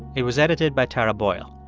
it was edited by tara boyle.